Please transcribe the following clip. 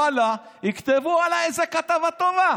וואלה יכתבו עליי איזו כתבה טובה